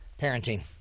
Parenting